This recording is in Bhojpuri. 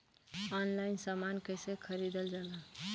ऑनलाइन समान कैसे खरीदल जाला?